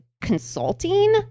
consulting